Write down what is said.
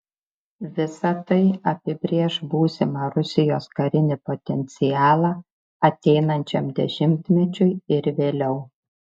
visa tai apibrėš būsimą rusijos karinį potencialą ateinančiam dešimtmečiui ir vėliau